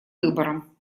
выбором